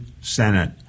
Senate